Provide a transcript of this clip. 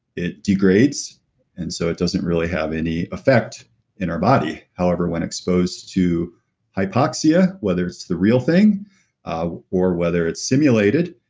it degrades and so it doesn't really have any effect in our body. however, when exposed to hypoxia, whether it's the real thing ah or whether it's simulated,